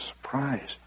surprise